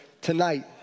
Tonight